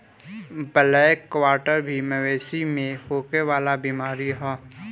black quarter भी मवेशी में होखे वाला बीमारी ह